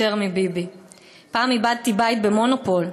יותר מביבי"; "פעם איבדתי בית ב'מונופול'.